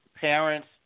parents